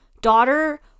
daughter